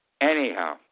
Anyhow